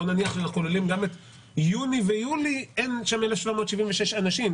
בוא נניח שאנחנו כוללים את יוני ויולי אין שם 1,776 אנשים.